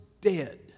dead